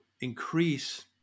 increase